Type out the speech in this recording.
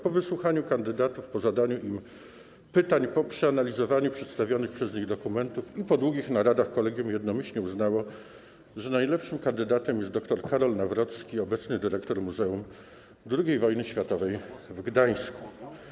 Po wysłuchaniu kandydatów, po zadaniu im pytań, po przeanalizowaniu przedstawionych przez nich dokumentów i po długich naradach kolegium jednomyślnie uznało, że najlepszym kandydatem jest dr Karol Nawrocki, obecny dyrektor Muzeum II Wojny Światowej w Gdańsku.